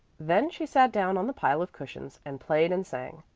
then she sat down on the pile of cushions and played and sang,